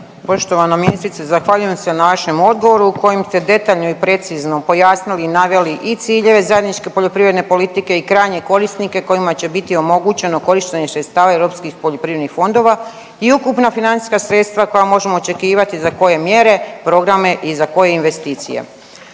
Poštovana ministrice, zahvaljujem se na vašem odgovoru kojim ste detaljno i precizno pojasnili i naveli i ciljeve zajedničke poljoprivredne politike i krajnje korisnike kojima će biti omogućeno korištenje sredstava europskih poljoprivrednih fondova i ukupna financijska sredstva koja možemo očekivati za koje mjere, programe i za koje investicije.